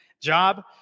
job